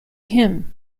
him